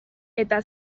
eta